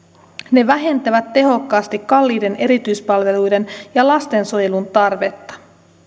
ne vähentävät tehokkaasti kalliiden erityispalveluiden ja lastensuojelun tarvetta